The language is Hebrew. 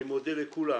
1 נמנעים,